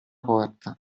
porta